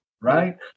right